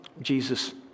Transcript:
Jesus